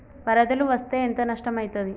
వరదలు వస్తే ఎంత నష్టం ఐతది?